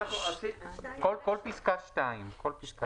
כל פסקה (2).